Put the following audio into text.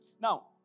Now